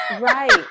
Right